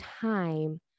time